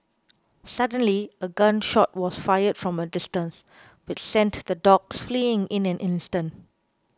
suddenly a gun shot was fired from a distance which sent the dogs fleeing in an instant